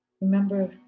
Remember